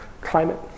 climate